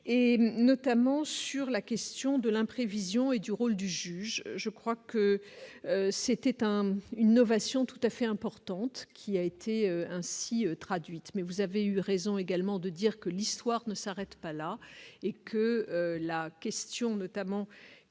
et notamment sur la question de l'imprévision et du rôle du juge je crois. Que c'était une novation tout à fait importante qui a été ainsi traduite mais vous avez eu raison également de dire que l'histoire ne s'arrête pas là et que la question notamment